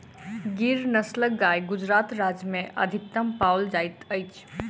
गिर नस्लक गाय गुजरात राज्य में अधिकतम पाओल जाइत अछि